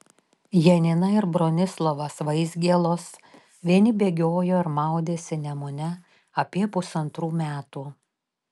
janina ir bronislovas vaizgielos vieni bėgiojo ir maudėsi nemune apie pusantrų metų